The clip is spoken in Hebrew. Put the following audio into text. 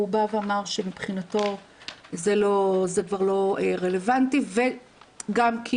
הוא אמר שמבחינתו זה כבר לא רלוונטי גם כי